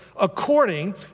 according